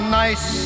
nice